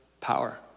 power